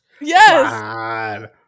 Yes